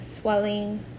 Swelling